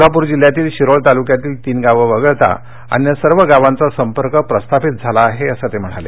कोल्हापूर जिल्ह्यातील शिरोळ तालुक्यातील तीन गावं वगळता अन्य सर्व गावांचा संपर्क प्रस्थापित झाला आहे असं त्यांनी सांगितलं